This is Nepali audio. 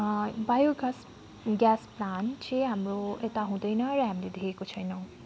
बायोग्यास ग्यास प्लान्ट चाहिँ हाम्रो यता हुँदैन र हामीले देखेको छैनौँ